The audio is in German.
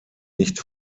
nicht